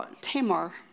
Tamar